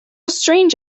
strange